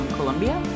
Colombia